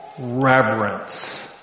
Reverence